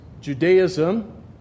Judaism